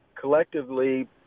Collectively